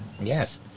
yes